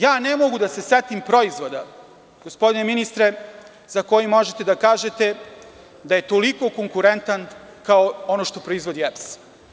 Ja ne mogu da se setim proizvoda, gospodine ministre, za koji možete da kažete da je toliko konkurentan, kao ono što proizvodi EPS.